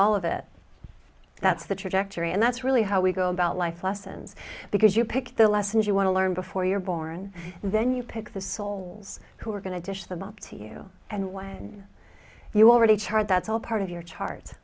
all of it that's the trajectory and that's really how we go about life lessons because you pick the lessons you want to learn before you're born and then you pick the soul who are going to dish them up to you and when you already chart that's all part of your chart